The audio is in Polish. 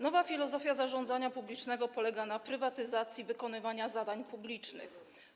Nowa filozofia zarządzania publicznego polega na prywatyzacji wykonywania zadań publicznych.